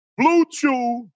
Bluetooth